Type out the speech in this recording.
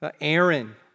Aaron